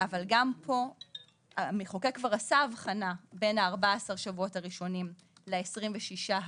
אבל גם פה המחוקק כבר עשה אבחנה בין ה-14 השבועות הראשונים ל-26 הבאים.